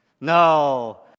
No